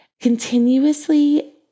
continuously